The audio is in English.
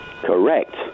Correct